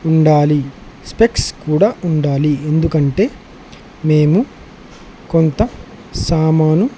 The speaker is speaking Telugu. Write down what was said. ఉండాలి స్పెక్స్ కూడా ఉండాలి ఎందుకంటే మేము కొంత సామాను